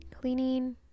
cleaning